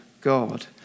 God